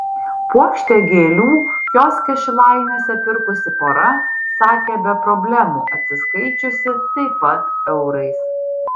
puokštę gėlių kioske šilainiuose pirkusi pora sakė be problemų atsiskaičiusi taip pat eurais